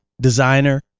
designer